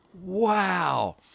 Wow